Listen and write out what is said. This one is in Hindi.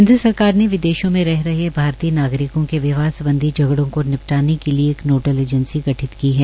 केन्द्र सरकार ने विदेशों में रह रहे भारतीय नागरिकों के विवाह सम्बधी झगड़ों को निपटाने के लिए एक नोडल एजेंसी गठित की है